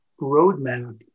roadmap